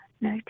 No